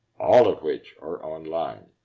all of which are online.